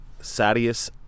Sadius